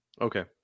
Okay